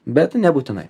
bet nebūtinai